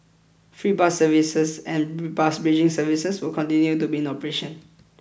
free bus services and bus bridging services will continue to be in operation